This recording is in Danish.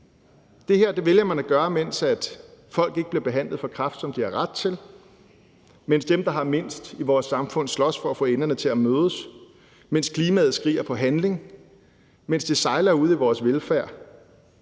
Det her vælger man at gøre, mens folk ikke bliver behandlet for kræft, sådan som de har ret til. Mens dem, der har mindst i vores samfund, slås for at få enderne til at mødes, mens klimaet skriger på handling, mens det sejler ude i vores velfærd,